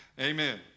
Amen